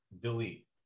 delete